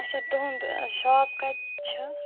اَچھا تُہنٛد شاپ کَتہِ چھُ